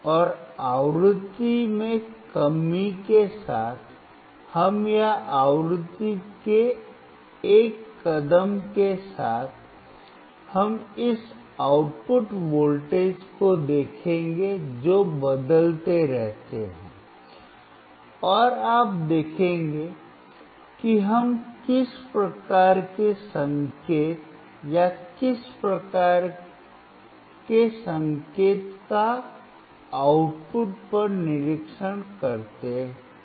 और आवृत्ति में कमी के साथ हम या आवृत्ति के एक कदम के साथ हम इस आउटपुट वोल्टेज को देखेंगे जो बदलते रहते हैं और आप देखेंगे कि हम किस प्रकार के संकेत या किस प्रकार के संकेत का आउटपुट पर निरीक्षण करते हैं